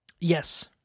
Yes